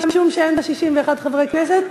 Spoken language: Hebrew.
משום שאין לה 61 חברי כנסת,